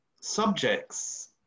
subjects